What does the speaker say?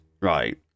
right